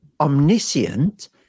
omniscient